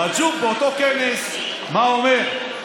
רג'וב, באותו כנס, מה אומר?